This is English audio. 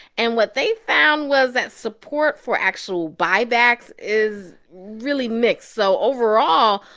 and what they found was that support for actual buybacks is really mixed so overall,